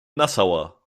nassauer